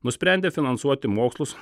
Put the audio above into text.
nusprendė finansuoti mokslus